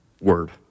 word